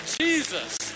Jesus